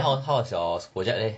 then how was your project